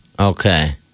Okay